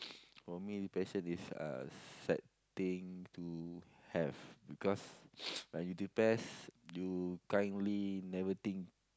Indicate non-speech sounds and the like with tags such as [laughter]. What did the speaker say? for me depression is uh sad thing to have because [noise] you depressed you kindly never think